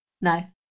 no